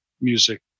music